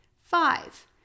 Five